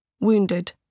Wounded